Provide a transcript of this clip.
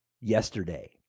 yesterday